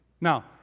Now